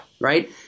right